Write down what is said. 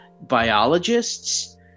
biologists